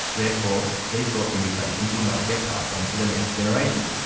therefore these sorts of mutations would not get passed on to the next generation.